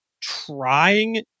trying